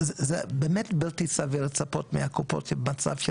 זה באמת בלתי סביר לצפות מהקופות במצב של